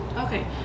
okay